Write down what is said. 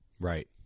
Right